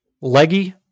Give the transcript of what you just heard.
Leggy